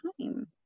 time